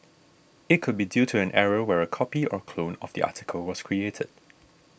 it could be due to an error where a copy or clone of the article was created